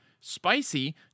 Spicy